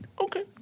Okay